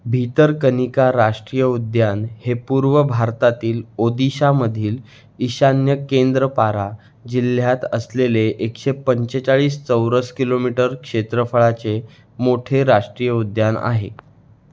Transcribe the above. भितरकनिका राष्ट्रीय उद्यान हे पूर्व भारतातील ओदिशामधील ईशान्य केंद्रपारा जिल्ह्यात असलेले एकशे पंचेचाळीस चौरस किलोमीटर क्षेत्रफळाचे मोठे राष्ट्रीय उद्यान आहे